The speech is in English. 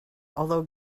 although